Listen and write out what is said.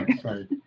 sorry